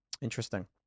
Interesting